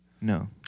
No